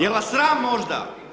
Je li vas sram možda?